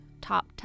top